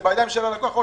זה בידיים של הלקוח.